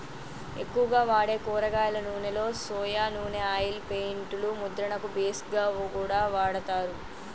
ఎక్కువగా వాడే కూరగాయల నూనెలో సొయా నూనె ఆయిల్ పెయింట్ లు ముద్రణకు బేస్ గా కూడా వాడతారు